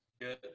Good